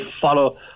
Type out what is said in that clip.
follow